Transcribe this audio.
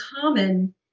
common